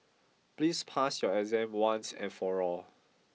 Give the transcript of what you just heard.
please pass your exam once and for all